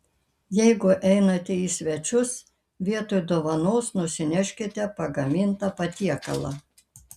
jeigu einate į svečius vietoj dovanos nusineškite pagamintą patiekalą